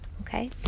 Okay